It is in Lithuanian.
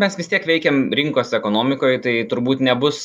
mes vis tiek veikiam rinkos ekonomikoj tai turbūt nebus